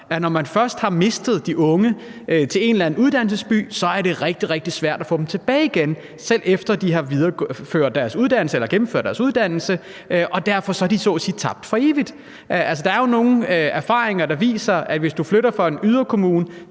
at når man først har mistet de unge til en eller anden uddannelsesby, er det rigtig, rigtig svært at få dem tilbage igen, selv efter de har gennemført deres uddannelse, og derfor er de så at sige tabt for evigt. Der er nogle erfaringer, der viser, at hvis man flytter fra en yderkommune